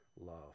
love